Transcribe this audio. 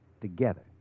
together